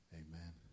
amen